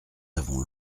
avons